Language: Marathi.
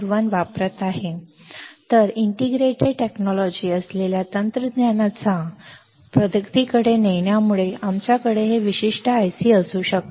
तर एकात्मिक तंत्रज्ञान असलेल्या तंत्रज्ञानाच्या साहस किंवा प्रगतीकडे नेण्यामुळे आमच्याकडे हे विशिष्ट IC असू शकते